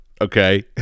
okay